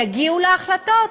יגיעו להחלטות,